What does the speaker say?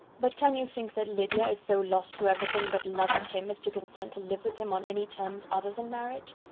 but can you think that lydia is so lost to everything but love of him as to consent to live with him on any terms other than marriage?